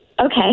Okay